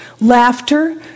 laughter